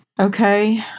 Okay